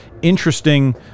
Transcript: interesting